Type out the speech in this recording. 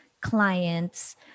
clients